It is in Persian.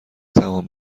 تمام